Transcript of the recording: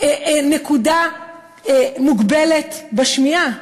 נקודה מוגבלת בשמיעה.